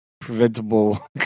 preventable